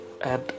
add